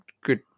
good